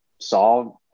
solve